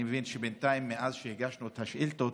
אני מבין שבינתיים, מאז שהגשנו את השאילתות